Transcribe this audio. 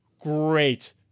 great